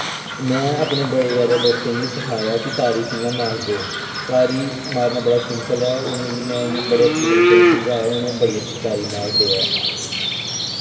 में अपने बड़े जैदा दोस्तें गी सखाया कि तारी कियां मारदे तारी मारना बड़ा सिंपल ऐ उ'नेंगी में इ'यां बड़े अच्छे तरीके नै समझाया हून ओह् बड़ी अच्छी तारी मारदे ऐ